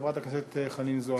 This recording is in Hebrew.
חברת הכנסת חנין זועבי.